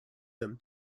them